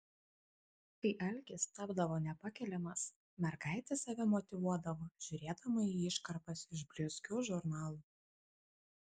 kai alkis tapdavo nepakeliamas mergaitė save motyvuodavo žiūrėdama į iškarpas iš blizgių žurnalų